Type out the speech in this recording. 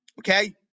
okay